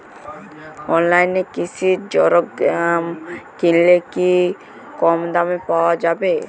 অনলাইনে কৃষিজ সরজ্ঞাম কিনলে কি কমদামে পাওয়া যাবে?